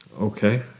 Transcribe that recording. Okay